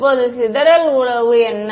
இப்போது சிதறல் உறவு என்ன